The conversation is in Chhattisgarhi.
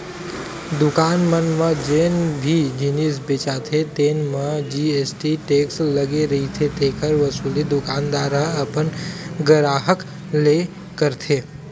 दुकान मन म जेन भी जिनिस बेचाथे तेन म जी.एस.टी टेक्स लगे रहिथे तेखर वसूली दुकानदार ह अपन गराहक ले करथे